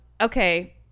Okay